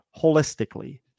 holistically